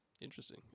interesting